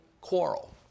quarrel